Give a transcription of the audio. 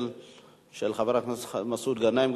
גם של חבר הכנסת מסעוד גנאים,